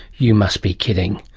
you must be kidding.